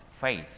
faith